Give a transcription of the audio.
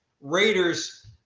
Raiders